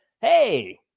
hey